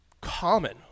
common